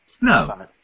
No